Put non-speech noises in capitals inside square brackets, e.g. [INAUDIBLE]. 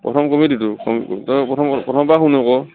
প্ৰথম কমিটিটো [UNINTELLIGIBLE] প্ৰথম প্ৰথমৰ পৰা শুন আকৌ